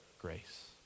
grace